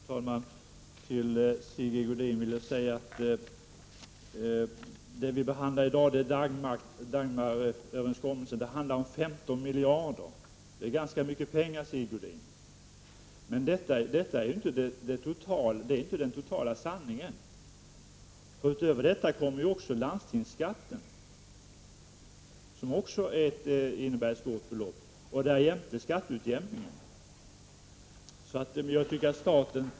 Fru talman! Till Sigge Godin vill jag säga att det vi behandlar i dag är Dagmaröverenskommelsen, och det handlar om 15 miljarder. Det är ganska mycket pengar, Sigge Godin. Men det är inte den totala sanningen. Utöver detta kommer landstingsskatten, som också är ett stort belopp, och därjämte skatteutjämningen.